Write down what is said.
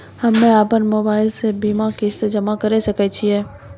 हम्मे अपन मोबाइल से बीमा किस्त जमा करें सकय छियै?